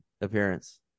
appearance